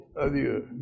adieu